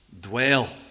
dwell